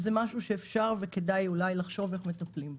זה דבר שאפשר וכדאי לחשוב איך מטפלים בו.